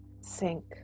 sink